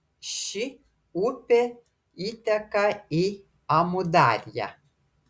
ši upė įteka į amudarją